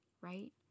right